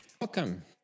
welcome